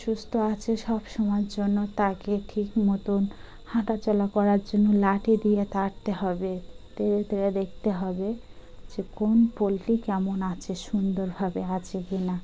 সুস্থ আছে সব সময়ের জন্য তাকে ঠিক মতন হাঁটা চলা করার জন্য লাঠি দিয়ে তাড়তে হবে তড়ে তেরে দেখতে হবে যে কোন পোলট্রি কেমন আছে সুন্দরভাবে আছে কি না